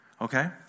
okay